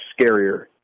scarier